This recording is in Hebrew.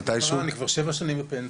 אני כבר בפנסיה.